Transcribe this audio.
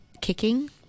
kicking